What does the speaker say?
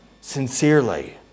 Sincerely